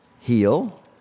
heal